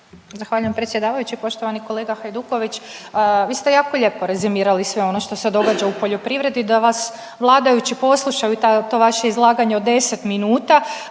Zahvaljujem predsjedavajući. Poštovani kolega Hajduković. Vi ste jako lijepo rezimirali sve ono što se događa u poljoprivredi, da vas vladajući poslušaju i to vaše izlaganje od 10 minuta,